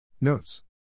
Notes